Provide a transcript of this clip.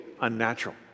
unnatural